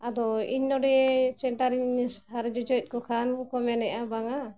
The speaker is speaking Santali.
ᱟᱫᱚ ᱤᱧ ᱱᱚᱰᱮ ᱥᱮᱱᱴᱟᱨ ᱤᱧ ᱥᱟᱨᱪ ᱦᱚᱪᱚᱭᱮᱫ ᱠᱚ ᱠᱷᱟᱱ ᱠᱚ ᱢᱮᱱᱮᱜᱼᱟ ᱵᱟᱝᱟ